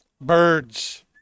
birds